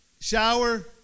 shower